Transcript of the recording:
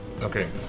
Okay